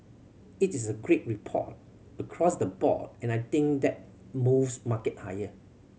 it is a great report across the board and I think that moves market higher